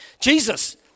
Jesus